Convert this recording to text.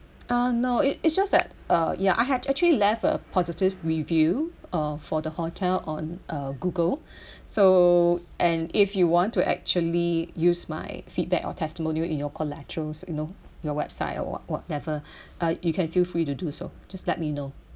uh no it it's just that uh ya I had actually left a positive review uh for the hotel on uh google so and if you want to actually use my feedback or testimonial in your collaterals you know your website or what whatever uh you can feel free to do so just let me know